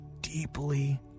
deeply